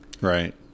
Right